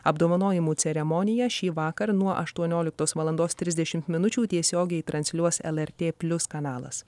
apdovanojimų ceremonija šįvakar nuo aštuonioliktos valandos trisdešimt minučių tiesiogiai transliuos lrt plius kanalas